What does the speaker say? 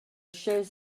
shows